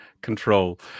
Control